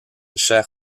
chair